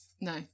No